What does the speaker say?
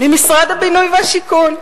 ממשרד הבינוי והשיכון.